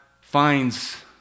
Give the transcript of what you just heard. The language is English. finds